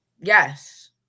Yes